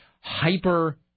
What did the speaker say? hyper